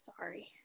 sorry